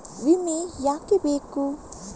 ವಿಮೆ ಯಾಕೆ ಬೇಕು?